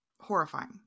Horrifying